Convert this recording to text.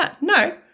no